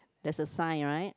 there's a sign right